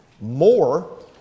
more